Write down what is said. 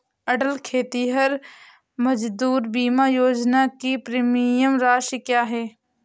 अटल खेतिहर मजदूर बीमा योजना की प्रीमियम राशि क्या है?